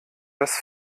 das